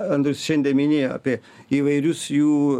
andrius šiandien minėjo apie įvairius jų